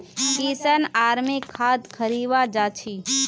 किशन आर मी खाद खरीवा जा छी